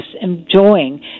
enjoying